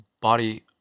body